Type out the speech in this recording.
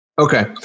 Okay